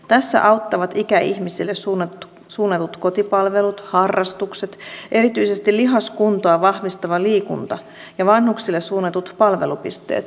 tässä auttavat ikäihmisille suunnatut kotipalvelut harrastukset erityisesti lihaskuntoa vahvistava liikunta ja vanhuksille suunnatut palvelupisteet vanhusneuvolat